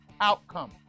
outcome